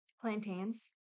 Plantains